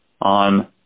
on